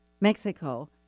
Mexico